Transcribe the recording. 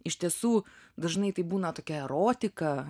iš tiesų dažnai taip būna tokia erotika